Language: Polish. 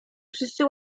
wszyscy